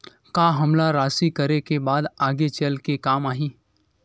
का हमला राशि करे के बाद आगे चल के काम आही?